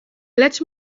let